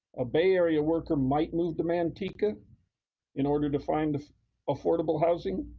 a bay area worker might move to manteca in order to find affordable housing,